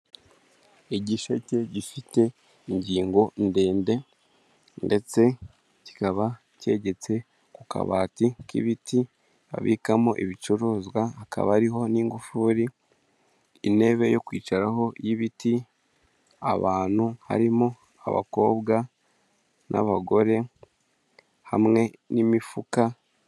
Igisheke gifite ingingo ndende ndetse kikaba cyegetse ku kabati k'ibiti babikamo ibicuruzwa hakaba hariho n'ingufuri, intebe yo kwicaraho y'ibiti abantu harimo abakobwa n'abagore hamwe n'imifuka.